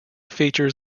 features